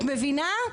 את מבינה?